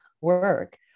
work